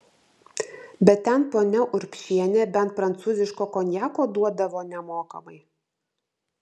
bet ten ponia urbšienė bent prancūziško konjako duodavo nemokamai